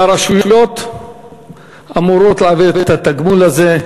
והרשויות אמורות להעביר את התגמול הזה,